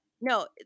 No